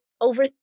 over